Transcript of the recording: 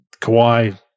Kawhi